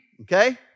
okay